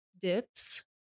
dips